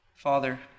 Father